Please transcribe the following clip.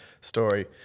story